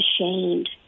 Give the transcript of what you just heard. ashamed